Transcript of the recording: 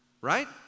Right